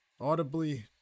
audibly